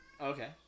Okay